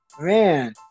Man